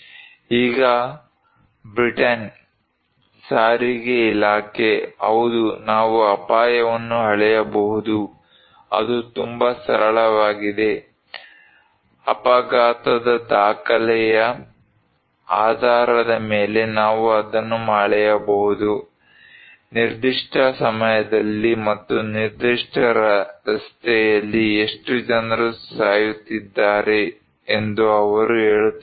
ಈಗ ಬ್ರಿಟನ್ ಸಾರಿಗೆ ಇಲಾಖೆ ಹೌದು ನಾವು ಅಪಾಯವನ್ನು ಅಳೆಯಬಹುದು ಅದು ತುಂಬಾ ಸರಳವಾಗಿದೆ ಅಪಘಾತದ ದಾಖಲೆಯ ಆಧಾರದ ಮೇಲೆ ನಾವು ಅದನ್ನು ಅಳೆಯಬಹುದು ನಿರ್ದಿಷ್ಟ ಸಮಯದಲ್ಲಿ ಮತ್ತು ನಿರ್ದಿಷ್ಟ ರಸ್ತೆಯಲ್ಲಿ ಎಷ್ಟು ಜನರು ಸಾಯುತ್ತಿದ್ದಾರೆ ಎಂದು ಅವರು ಹೇಳುತ್ತಿದ್ದಾರೆ